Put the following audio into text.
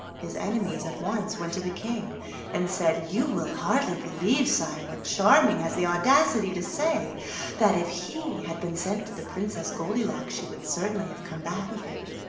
his enemies at once went to the king and said you will hardly believe, sire, what charming has the audacity to say that if he had been sent to the princess goldilocks she would certainly have come back with him.